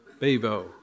Bevo